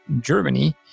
Germany